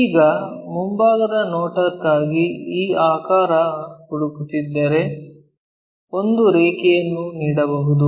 ಈಗ ಮುಂಭಾಗದ ನೋಟಕ್ಕಾಗಿ ಈ ಆಕಾರವನ್ನು ಹುಡುಕುತ್ತಿದ್ದರೆ ಒಂದು ರೇಖೆಯನ್ನು ನೀಡಬಹುದು